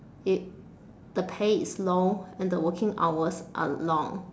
it the pay is low and the working hours are long